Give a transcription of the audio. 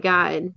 God